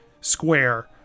square